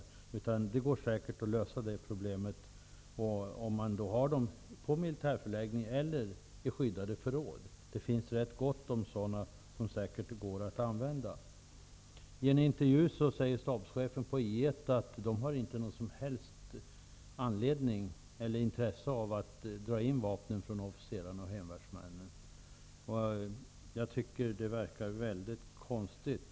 Detta problem kan säkert lösas genom att vapnen förvaras på militärförläggning eller i skyddade förråd. Det finns rätt gott om sådana, som säkert går att använda. I en intervju säger stabschefen på I1 att man där inte har något som helst intresse av att dra in vapen från officerarna och hemvärnsmännen. Jag tycker att det verkar väldigt konstigt.